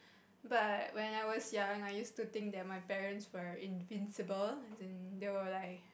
but when I was young I used to think that my parents were invincible and they were like